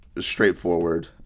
straightforward